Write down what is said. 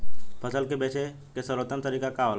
फसल के बेचे के सर्वोत्तम तरीका का होला?